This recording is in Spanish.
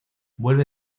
vuelve